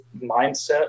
mindset